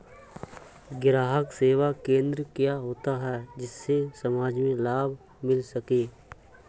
ग्राहक सेवा केंद्र क्या होता है जिससे समाज में लाभ मिल सके?